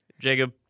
Jacob